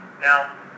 Now